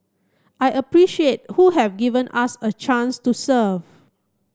I appreciate who have given us a chance to serve